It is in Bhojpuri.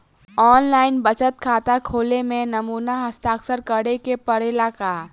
आन लाइन बचत खाता खोले में नमूना हस्ताक्षर करेके पड़ेला का?